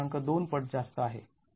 २ पट जास्त आहे